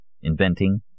Inventing